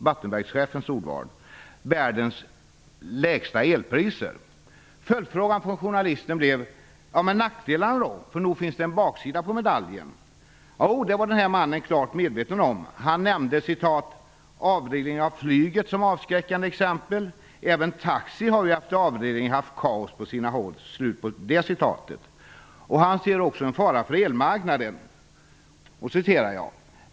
Detta är alltså inte mitt ordval utan Vattenfallschefens. Följdfrågan från journalisten blev: "Men nackdelarna då? För nog finns det en baksida på medaljen." Jo, det var den här mannen klart medveten om. Han nämnde avregleringen av flyget som avskräckande exempel. "Även taxi har ju efter avregleringen haft kaos på sina håll ---." Han ser också en fara för elmarknaden.